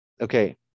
okay